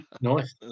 Nice